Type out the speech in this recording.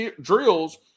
drills